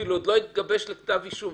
אפילו כשזה התגבש לכתב אישום,